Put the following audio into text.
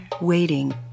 Waiting